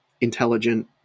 intelligent